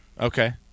Okay